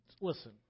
listen